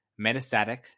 metastatic